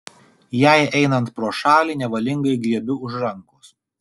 jai einant pro šalį nevalingai griebiu už rankos